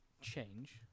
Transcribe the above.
change